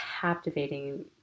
captivating